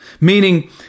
meaning